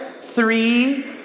three